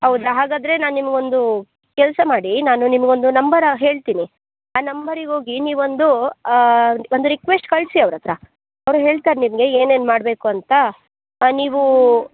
ಹೌದ ಹಾಗಾದರೆ ನಾನು ನಿಮ್ಗೊಂದು ಕೆಲಸ ಮಾಡಿ ನಾನು ನಿಮಗೊಂದು ನಂಬರ ಹೇಳ್ತೀನಿ ಆ ನಂಬರಿಗೆ ಹೋಗಿ ನೀವೊಂದು ಒಂದು ರಿಕ್ವೆಸ್ಟ್ ಕಳಿಸಿ ಅವ್ರ ಹತ್ತಿರ ಅವ್ರು ಹೇಳ್ತಾರೆ ನಿಮಗೆ ಏನೇನು ಮಾಡಬೇಕು ಅಂತ ನೀವು